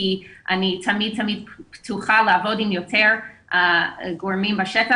כי אני תמיד פתוחה לעבוד עם יותר גורמים בשטח,